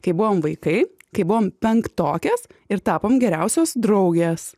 kai buvom vaikai kai buvom penktokės ir tapom geriausios draugės